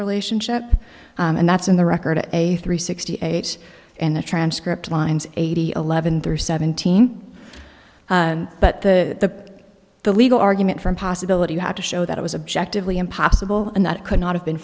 relationship and that's in the record of a three sixty eight and the transcript lines eighty eleven through seventeen but the the legal argument from possibility you have to show that it was objective lee impossible and that it could not have been